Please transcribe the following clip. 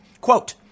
Quote